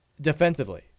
defensively